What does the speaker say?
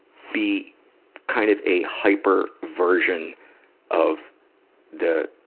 be kind of a hyper-version of the,